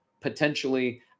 potentially